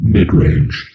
Midrange